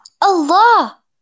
Allah